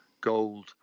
gold